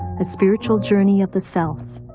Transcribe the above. a spiritual journey of the self,